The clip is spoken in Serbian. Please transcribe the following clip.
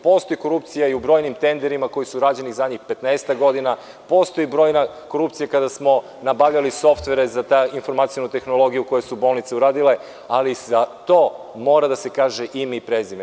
Postoji korupcija i u brojnim tenderima koji su rađeni poslednjih 15-ak godina, postoji brojna korupcija kada smo nabavljali softvere za tu informacionu tehnologiju koju su bolnice uradile, ali za to mora da se kaže ime i prezime.